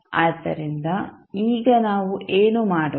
ಆದ್ದರಿಂದ ಈಗ ನಾವು ಏನು ಮಾಡೋಣ